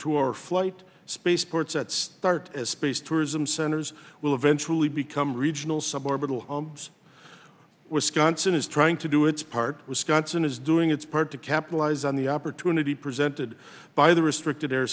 two hour flight spaceports that start as space tourism centers will eventually become regional suborbital homes wisconsin is trying to do its part wisconsin is doing its part to capitalize on the opportunity presented by the restricted air